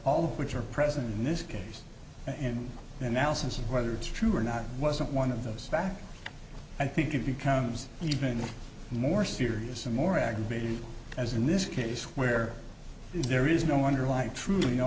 all of which are present in this case and analysis of whether it's true or not wasn't one of those fact i think it becomes even more serious and more aggravating as in this case where there is no underlying tru